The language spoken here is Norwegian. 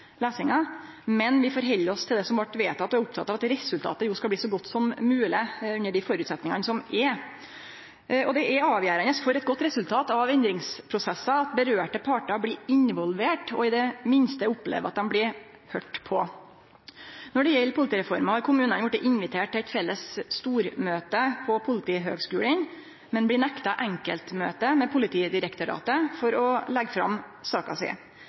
men vi innrettar oss etter det som vart vedteke, og er opptekne av at resultatet skal bli så godt som mogleg under dei føresetnadene som er. Det er avgjerande for eit godt resultat av endringsprosessar at dei partane det får følgjer for, blir involverte og i det minste opplever at dei blir høyrde på. Når det gjeld politireforma, har kommunane vorte inviterte til eit felles stormøte på Politihøgskolen, men blir nekta enkeltmøte med Politidirektoratet for å leggje fram saka si.